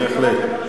בהחלט.